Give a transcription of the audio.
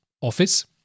Office